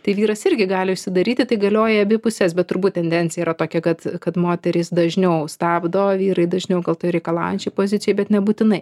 tai vyras irgi gali užsidaryti tai galioja abi į puses bet turbūt tendencija yra tokia kad kad moterys dažniau stabdo vyrai dažniau gal toj reikalaujančioj pozicijoj bet nebūtinai